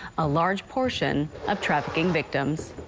a large portion of trafficking victims.